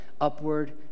upward